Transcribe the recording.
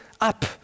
up